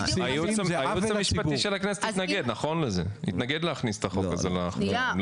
הייעוץ המשפטי של הכנסת התנגד להכניס את החוק הזה לחוק ההסדרים,